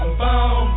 boom